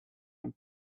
and